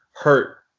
hurt